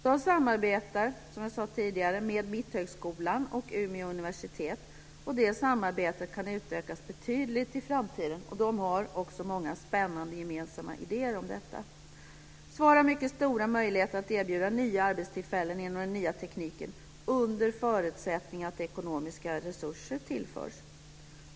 Man samarbetar, som jag sade tidigare, med Mitthögskolan och Umeå universitet, och det samarbetet kan utökas betydligt i framtiden. De har också många spännande gemensamma idéer om detta. SVAR har mycket stora möjligheter att erbjuda nya arbetstillfällen inom den nya tekniken, under förutsättning att ekonomiska resurser tillförs.